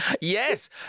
Yes